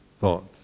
thoughts